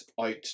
out